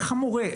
איך המורה?